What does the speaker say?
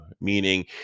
meaning